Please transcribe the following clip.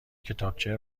کتابچه